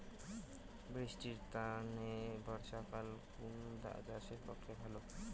বৃষ্টির তানে বর্ষাকাল কুন চাষের পক্ষে ভালো?